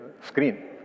screen